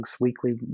weekly